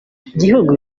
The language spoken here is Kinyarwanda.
gihugu